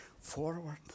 forward